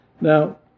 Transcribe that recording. Now